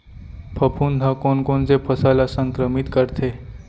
फफूंद ह कोन कोन से फसल ल संक्रमित करथे?